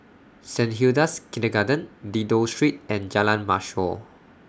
Saint Hilda's Kindergarten Dido Street and Jalan Mashor